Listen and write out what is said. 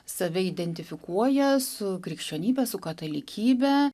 save identifikuoja su krikščionybe su katalikybe